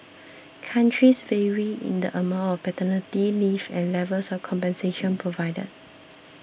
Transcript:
countries vary in the amount of paternity leave and levels of compensation provided